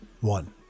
One